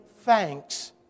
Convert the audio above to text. thanks